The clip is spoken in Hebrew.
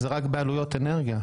זה רק בעלויות אנרגיה.